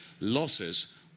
losses